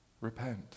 Repent